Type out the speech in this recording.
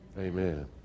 Amen